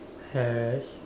hash